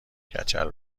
کچل